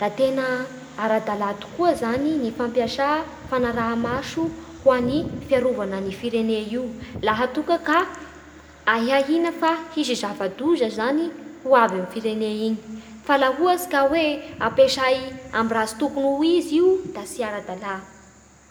Da tegna ara-dalà tokoa zany ny fampiasa fanaraha maso hoan' ny fiarova ny firene io laha toka ka ahiahy fa hisy zava-doza ho avy amin'ny firene iny, fa laha ohatsy ka hoe, fa laha ohatsy ka hoe ampiesay amin'ny raha tsy tokony ho izy io da tsy ara-dalà.